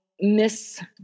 miss